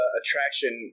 attraction